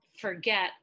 forget